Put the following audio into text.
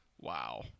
Wow